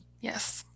yes